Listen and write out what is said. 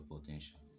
potential